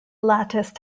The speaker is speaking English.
lattice